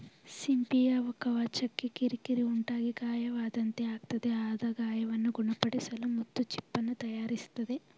ಸಿಂಪಿಯ ಕವಚಕ್ಕೆ ಕಿರಿಕಿರಿ ಉಂಟಾಗಿ ಗಾಯವಾದಂತೆ ಆಗ್ತದೆ ಆದ ಗಾಯವನ್ನು ಗುಣಪಡಿಸಲು ಮುತ್ತು ಚಿಪ್ಪನ್ನು ತಯಾರಿಸ್ತದೆ